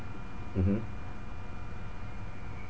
mmhmm